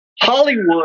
Hollywood